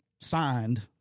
Signed